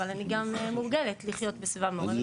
אבל אני מורגלת לחיות בסביבה מעורבת,